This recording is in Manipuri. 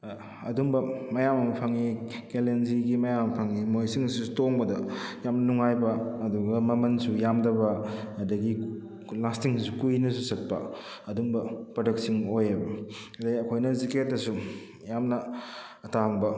ꯑꯗꯨꯝꯕ ꯃꯌꯥꯝ ꯑꯃ ꯐꯪꯏ ꯀꯦꯂꯦꯟꯖꯤꯒꯤ ꯃꯌꯥꯝ ꯑꯃ ꯐꯪꯏ ꯃꯣꯏꯁꯤꯡꯑꯁꯤꯁꯨ ꯇꯣꯡꯕꯗ ꯌꯥꯝ ꯅꯨꯉꯥꯏꯕ ꯑꯗꯨꯒ ꯃꯃꯜꯁꯨ ꯌꯥꯝꯗꯕ ꯑꯗꯨꯗꯒꯤ ꯂꯥꯁꯇꯤꯡꯁꯨ ꯀꯨꯏꯅꯁꯨ ꯆꯠꯄ ꯑꯗꯨꯝꯕ ꯄ꯭ꯔꯗꯛꯁꯤꯡ ꯑꯣꯏꯑꯕ ꯑꯗꯨꯗꯩ ꯑꯩꯈꯣꯏꯅ ꯖꯤꯀꯦꯠꯇꯁꯨ ꯌꯥꯝꯅ ꯑꯇꯥꯡꯕ